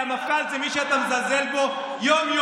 כי המפכ"ל זה מי שאתה מזלזל בו יום-יום.